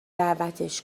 دعوتش